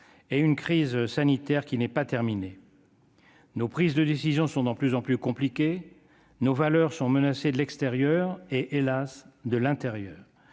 et une crise sanitaire qui n'est pas terminé. Nos prises de décision sont dans plus en plus compliqué nos valeurs sont menacés, de l'extérieur et, hélas, de l'intérieur,